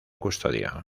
custodio